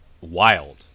wild